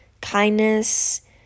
kindness